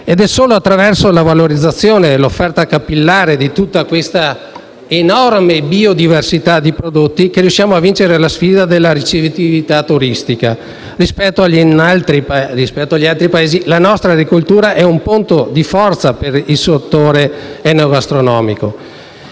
È solo attraverso la valorizzazione e l'offerta capillare di tutta questa enorme biodiversità di prodotti che riusciremo a vincere la sfida della ricettività turistica: rispetto agli altri Paesi, la nostra agricoltura è un punto di forza per il settore enogastronomico.